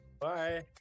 Bye